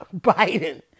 Biden